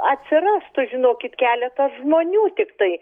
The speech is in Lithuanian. atsirastų žinokit keletas žmonių tiktai